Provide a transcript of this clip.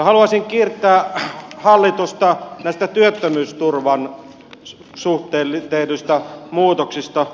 haluaisin kiittää hallitusta näistä työttömyysturvan suhteen tehdyistä muutoksista